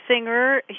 singer